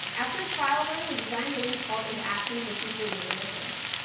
after a trial run, the design may be called into action for future lunar missions.